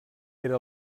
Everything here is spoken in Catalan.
era